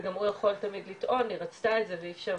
והוא יכול תמיד לטעון היא רצתה את זה ואי אפשר